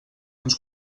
uns